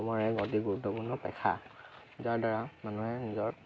অসমৰ অতি গুৰুত্বপূৰ্ণ এক যাৰ দ্বাৰা মানুহে নিজৰ